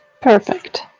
Perfect